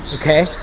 okay